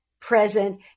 present